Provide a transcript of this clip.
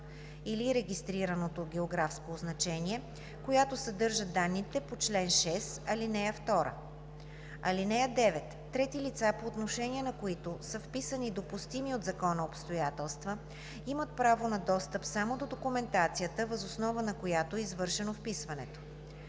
или регистрираното географско означение, която съдържа данните по чл. 6, ал. 2. (9) Трети лица, по отношение на които са вписани допустими от закона обстоятелства, имат право на достъп само до документацията, въз основа на която е извършено вписването.